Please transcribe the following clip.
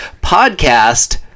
podcast